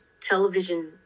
television